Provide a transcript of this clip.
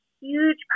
huge